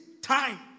time